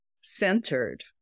centered